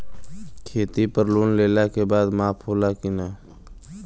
खेती पर लोन लेला के बाद माफ़ होला की ना?